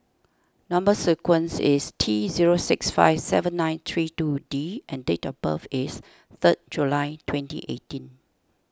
Number Sequence is T zero six five seven nine three two D and date of birth is third July twenty eighteen